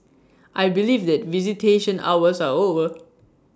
I believe that visitation hours are over